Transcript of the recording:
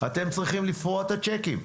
אתם צריכים לפרוע את הצ'קים.